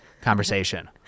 conversation